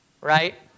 Right